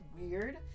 weird